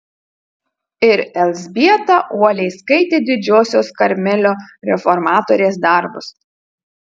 ir elzbieta uoliai skaitė didžiosios karmelio reformatorės darbus